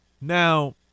Now